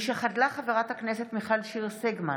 משחדלה חברת הכנסת מיכל שיר סגמן